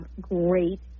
great